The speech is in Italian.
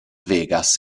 vegas